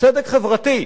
צדק חברתי.